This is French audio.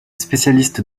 spécialiste